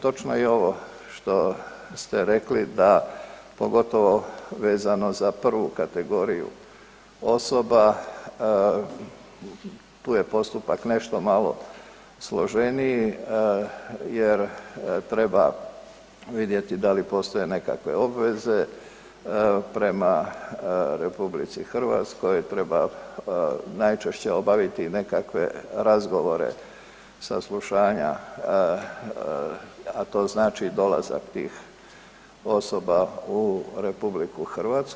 Točno je ovo što ste rekli da pogotovo vezano za prvu kategoriju osoba, tu je postupak nešto malo složeniji jer treba vidjeti da li postoje nekakve obveze prema RH, treba najčešće obaviti nekakve razgovore, saslušanja, a to znači dolazak tih osoba u RH.